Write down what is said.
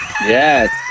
Yes